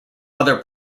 other